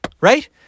Right